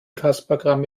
kasperkram